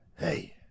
hey